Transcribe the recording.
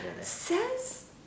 Says